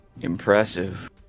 Impressive